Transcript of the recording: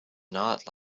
not